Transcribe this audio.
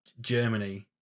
Germany